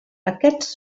aquests